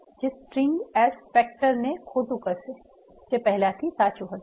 જે string S factor ને ખોટુ કરશે જે પહેલાથી સાચુ હતુ